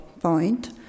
point